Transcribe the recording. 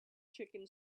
chicken